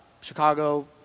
Chicago